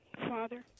father